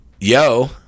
yo